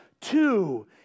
two